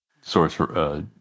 source